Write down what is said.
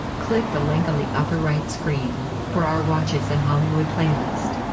click the link on the upper right screen for our watches and hollywood playlist.